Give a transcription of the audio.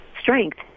strength